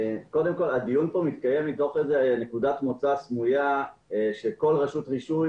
הדיון כאן מתקיים מתוך איזו נקודת מוצא סמויה שכל רשות רישוי,